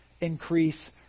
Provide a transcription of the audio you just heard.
increase